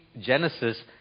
Genesis